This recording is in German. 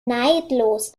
neidlos